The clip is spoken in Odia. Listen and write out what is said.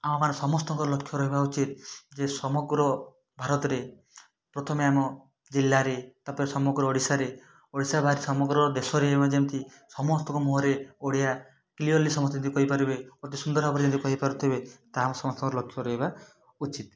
ଆମର ସମସ୍ତଙ୍କ ଲକ୍ଷ୍ୟ ରହିବା ଉଚିତ୍ ଯେ ସମଗ୍ର ଭାରତରେ ପ୍ରଥମେ ଆମ ଜିଲ୍ଲାରେ ତାପରେ ସମଗ୍ର ଓଡ଼ିଶାରେ ଓଡ଼ିଶା ବାହାରେ ସମଗ୍ର ଦେଶରେ ଆମେ ଯେମିତି ସମସ୍ତଙ୍କ ମୁହଁରେ ଓଡ଼ିଆ କ୍ଲିଅରଲି ସମସ୍ତେ ଯଦି କହିପାରିବେ ଅତିସୁନ୍ଦର ଭାବରେ ଯଦି କହିପାରୁଥିବେ ତାହା ସମସ୍ତଙ୍କ ଲକ୍ଷ୍ୟ ରହିବା ଉଚିତ୍